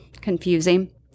confusing